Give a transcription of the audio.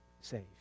saved